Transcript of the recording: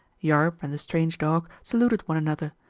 yarb and the strange dog saluted one another,